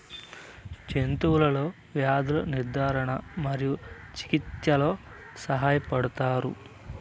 జంతువులలో వ్యాధుల నిర్ధారణ మరియు చికిత్చలో సహాయపడుతారు